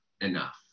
enough